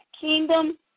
Kingdom